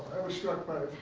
struck by